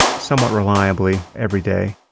somewhat reliably every day.